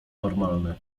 normalny